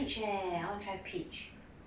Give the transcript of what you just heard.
never thought of peach eh I wanna try peach